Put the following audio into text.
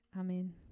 Amen